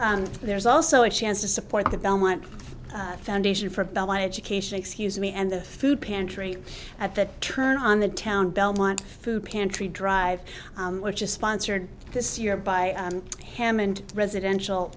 and there's also a chance to support the belmont foundation for my education excuse me and the food pantry at the turn on the town belmont food pantry drive which is sponsored this year by hammond residential